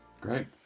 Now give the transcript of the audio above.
Great